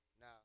now